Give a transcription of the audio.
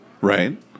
Right